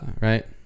right